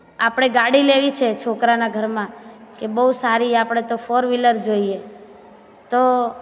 આપણે ગાડી લેવી છે છોકરાના ઘરમાં કે બહુ સારી આપણે તો ફોર વિલર જોઈએ તો